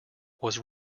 was